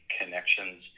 connections